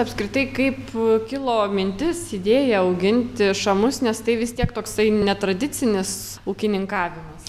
apskritai kaip kilo mintis idėja auginti šamus nes tai vis tiek toksai netradicinis ūkininkavimas